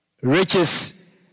Riches